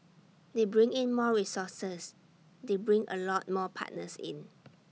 they bring in more resources they bring A lot more partners in